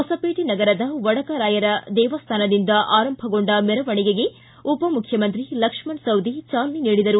ಹೊಸಪೇಟೆ ನಗರದ ವಡಕರಾಯನ ದೇವಸ್ಥಾನದಿಂದ ಆರಂಭಗೊಂಡ ಮೆರವಣಿಗೆಗೆ ಉಪ ಮುಖ್ಚಮಂತ್ರಿ ಲಕ್ಷ್ಣಣ ಸವದಿ ಚಾಲನೆ ನೀಡಿದರು